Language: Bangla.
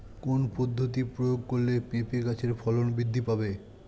কোন পদ্ধতি প্রয়োগ করলে পেঁপে গাছের ফলন বৃদ্ধি পাবে?